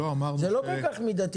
זה לא כל כך מידתי,